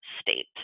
state